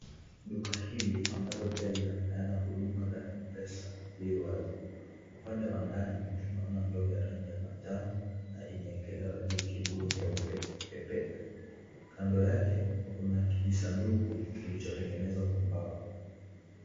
Duka hili ambalo pia linapeana huduma za m-pesa li wazi. Upande wa ndani tunaona ndoo ya rangi ya manjano na imeekelewa juu kibuyu nyeupe pepepe. Kando yake kuna kijisanduku kilichotengenezwa kwa mbao.